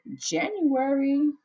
January